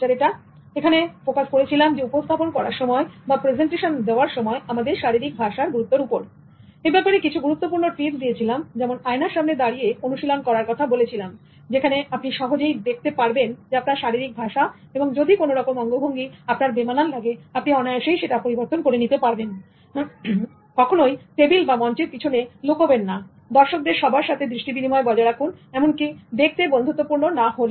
সুতরাং আমি ফোকাস করেছিলাম উপস্থাপন করার সময় বা প্রেজেন্টেশন দেওয়ার সময় আমাদের শারীরিক ভাষার গুরুত্বর উপর এ ব্যাপারে কিছু গুরুত্বপূর্ণ টিপস দিয়েছিলাম যেমন আয়নার সামনে দাঁড়িয়ে অনুশীলন করার কথা বলেছিলাম যেখানে আপনি সহজেই দেখতে পারবেন আপনার শারীরিক ভাষা এবং যদি কোনরকম অঙ্গভঙ্গি আপনার বেমানান লাগে আপনি অনায়াসেই সেটা পরিবর্তন করে নিতে পারবেন কখনোই টেবিল বা মঞ্চের পিছনে লুকোবেন না দর্শকদের সবার সাথে দৃষ্টি বিনিময় বজায় রাখুন এমনকি দেখতে বন্ধুত্বপূর্ণ না হলেও